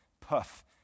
puff